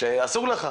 שאסור לך.